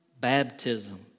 Baptism